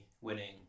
winning